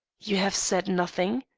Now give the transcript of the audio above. you have said nothing,